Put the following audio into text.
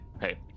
hey